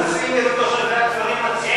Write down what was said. רוב המבצעים הם תושבי הכפרים עצמם,